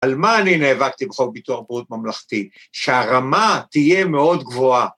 ‫על מה אני נאבקתי ‫בחוק ביטוח בריאות ממלכתי? ‫שהרמה תהיה מאוד גבוהה.